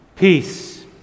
Peace